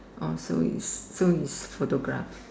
or so is so is photograph